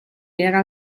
era